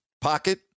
pocket